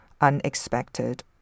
unexpected